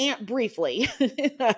briefly